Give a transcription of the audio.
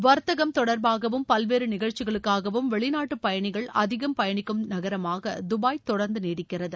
வர்த்தகம் தொடர்பாகவும் பல்வேறு நிகழ்ச்சிகளுக்காகவும் வெளிநாட்டு பயணிகள் அதிகம் பயணிக்கும் நகரமாக துபாய் தொடர்ந்து நீடிக்கிறது